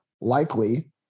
likely